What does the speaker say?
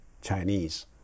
Chinese